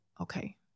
okay